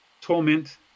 torment